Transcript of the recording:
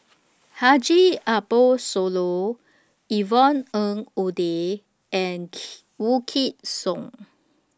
Haji Ambo Sooloh Yvonne Ng Uhde and Wykidd Song